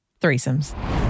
Threesomes